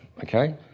Okay